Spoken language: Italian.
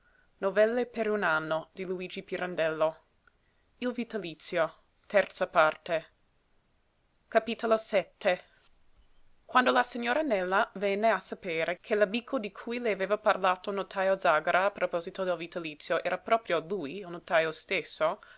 e poi congiunse le mani per significare preghi il signore quando la signora nela venne a sapere che l'amico di cui le aveva parlato il notajo zàgara a proposito del vitalizio era proprio lui il notajo stesso